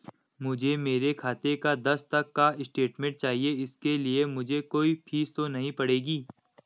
मुझे मेरे खाते का दस तक का स्टेटमेंट चाहिए इसके लिए मुझे कोई फीस तो नहीं पड़ेगी?